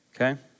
okay